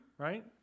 Right